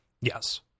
Yes